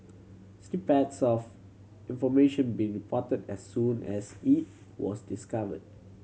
snippets of information being reported as soon as it was discovered